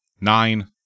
nine